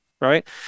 Right